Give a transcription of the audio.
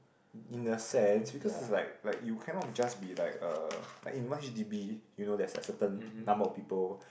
in a sense because is like like you cannot just be like a like in one H_D_B you know there's like certain number of people